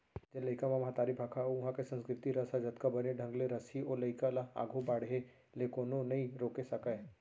जेन लइका म महतारी भाखा अउ उहॉं के संस्कृति रस ह जतका बने ढंग ले रसही ओ लइका ल आघू बाढ़े ले कोनो नइ रोके सकयँ